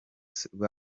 soviet